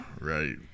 right